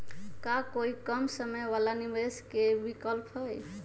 का कोई कम समय वाला निवेस के विकल्प हई?